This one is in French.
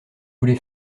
voulez